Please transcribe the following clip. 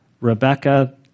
Rebecca